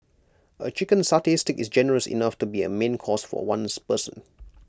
A chicken satay Stick is generous enough to be A main course for one person